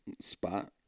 spot